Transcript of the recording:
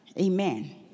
Amen